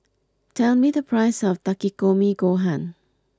tell me the price of Takikomi gohan